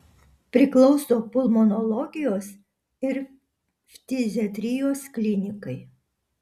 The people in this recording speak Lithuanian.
priklauso pulmonologijos ir ftiziatrijos klinikai